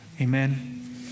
Amen